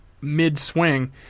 mid-swing